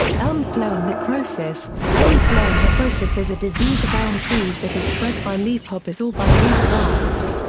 elm phloem necrosis elm phloem necrosis is a disease of elm trees that is spread by leafhoppers or by root grafts.